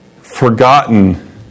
forgotten